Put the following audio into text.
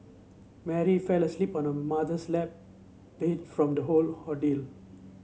Mary fell asleep on her mother's lap beat from the whole ordeal